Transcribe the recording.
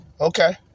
Okay